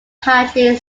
hadley